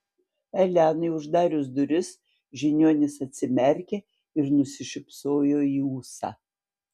elenai uždarius duris žiniuonis atsimerkė ir nusišypsojo į ūsą